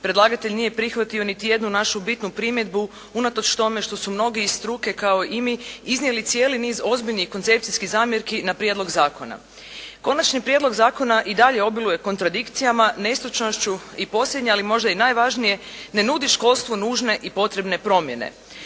predlagatelj nije prihvatio niti jednu našu bitnu primjedbu unatoč tome što su mnogi iz struke kao i mi iznijeli cijeli niz ozbiljnih koncepcijskih zamjerki na prijedlog zakona. Konačni prijedlog zakona i dalje obiluje kontradikcijama, nestručnošću i posljednje ali možda i najvažnije ne nudi školstvu nužne i potrebne promjene.